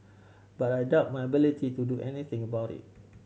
but I doubted my ability to do anything about it